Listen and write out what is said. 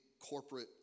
corporate